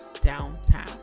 downtown